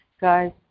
guys